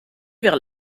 vers